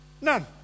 None